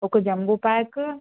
ఒక jumbo pack